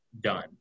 done